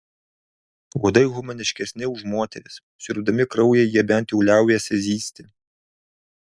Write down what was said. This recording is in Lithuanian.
uodai humaniškesni už moteris siurbdami kraują jie bent jau liaujasi zyzti